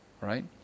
right